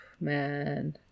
man